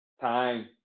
time